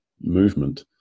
movement